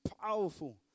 powerful